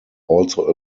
also